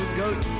goat